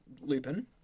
Lupin